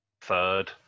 third